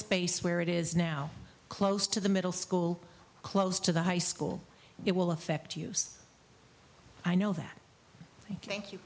space where it is now close to the middle school close to the high school it will affect us i know that thank you